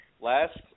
last